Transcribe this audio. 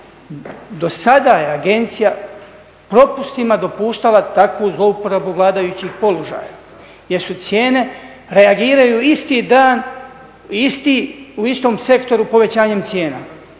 Dosada je agencija propustima dopuštala takvu zlouporabu vladajućih položaja gdje su cijene, reagiraju isti dan u istom sektoru povećanjem cijena.